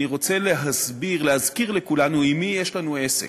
אני רוצה להזכיר לכולנו עם מי יש לנו עסק.